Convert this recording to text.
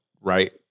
right